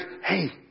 hey